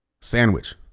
sandwich